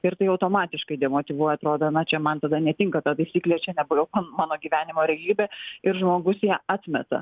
ir tai automatiškai demotyvuoja atrodo na čia man tada netinka ta taisyklė čia ne pagal mano gyvenimo realybę ir žmogus ją atmeta